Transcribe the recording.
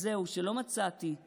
אז זהו, שלא מצאתי